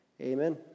amen